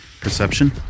Perception